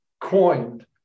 coined